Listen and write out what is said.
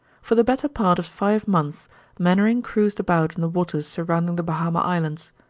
for the better part of five months mainwaring cruised about in the waters surrounding the bahama islands.